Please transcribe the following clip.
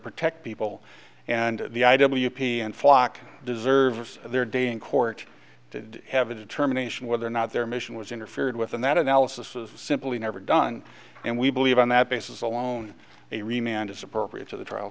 protect people and the i w p and flock deserves their day in court did have a determination whether or not their mission was interfered with and that analysis was simply never done and we believe on that basis alone they remained as appropriate to the trial